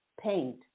paint